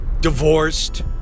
divorced